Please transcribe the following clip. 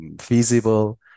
feasible